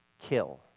kill